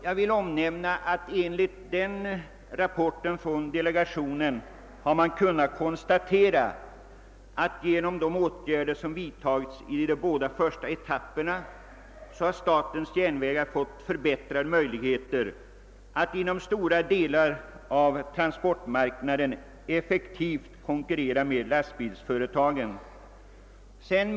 Jag vill omnämna att delegationen enligt en rapport har kunnat konstatera att statens järnvägar genom de åtgärder som vidtagits under de båda första etapperna har fått förbättrade möjligheter att inom stora delar av transportmarknaden effektivt konkurrera med lastbilsföretagen.